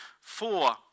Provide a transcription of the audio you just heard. four